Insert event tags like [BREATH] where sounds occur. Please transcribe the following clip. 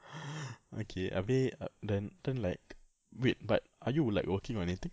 [BREATH] okay habis ah then like wait but are you like working or anything